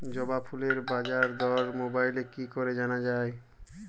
জবা ফুলের বাজার দর মোবাইলে কি করে জানা যায়?